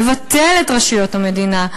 מבטל את רשויות המדינה,